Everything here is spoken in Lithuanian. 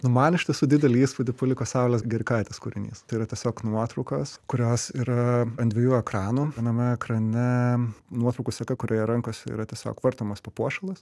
nu man iš tiesų didelį įspūdį paliko saulės gerikaitės kūrinys tai yra tiesiog nuotraukos kurios yra ant dviejų ekranų viename ekrane nuotraukų seka kurioje rankose yra tiesiog vartomas papuošalas